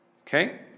okay